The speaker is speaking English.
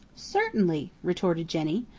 certainly, retorted jenny.